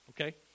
okay